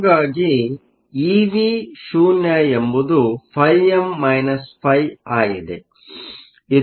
ಹಾಗಾಗಿ eVo ಎಂಬುದು φm φ ಆಗಿದೆ